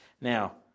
Now